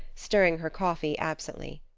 stirring her coffee absently.